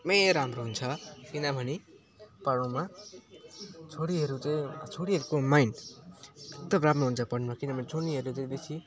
मै राम्रो हुन्छ किनभने पढ्नुमा किनभने छोरीहरू चाहिँ छोरीहरूको माइन्ड एकदम राम्रो हुन्छ पढ्नमा किनभने छोरीहरूलाई चाहिँ बेसी